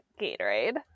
Gatorade